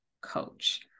coach